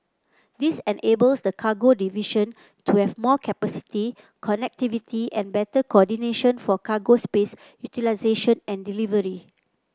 this enables the cargo division to have more capacity connectivity and better coordination for cargo space utilisation and delivery